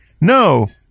no